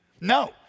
No